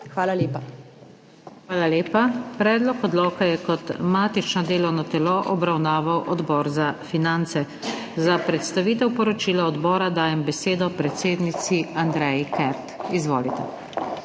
SUKIČ:** Hvala lepa. Predlog odloka je kot matično delovno telo obravnaval Odbor za finance. Za predstavitev poročila odbora dajem besedo predsednici Andreji Kert. Izvolite.